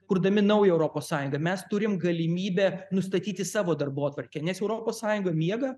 kurdami naują europos sąjungą mes turim galimybę nustatyti savo darbotvarkę nes europos sąjunga miega